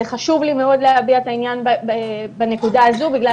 זה חשוב לי מאוד להביע את העניין בנקודה הזו בגלל